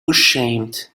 ashamed